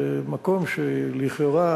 שמקום שלכאורה